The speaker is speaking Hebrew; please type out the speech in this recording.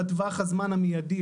בטווח הזמן המיידי,